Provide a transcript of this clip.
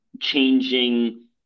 changing